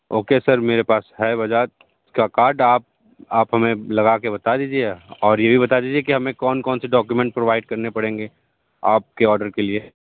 okay sir मेरे पास है बजाज का कार्ड आप आप हमें लगा के बता दीजिये और ये भी बता दीजिये की हमें कौन कौन से डॉक्युमेंट्स प्रोवाइड करने पड़ेंगे आपके ऑर्डर के लिए